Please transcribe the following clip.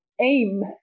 aim